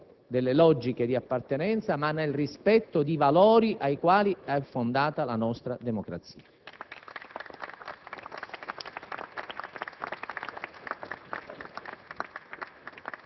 nel rispetto delle logiche di appartenenza e dei valori sui quali è fondata la nostra democrazia.